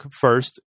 first